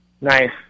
Nice